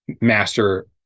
master